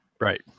right